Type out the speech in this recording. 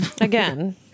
Again